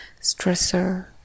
stressor